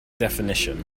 definition